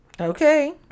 Okay